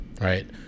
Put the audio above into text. right